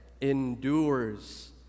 endures